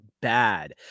bad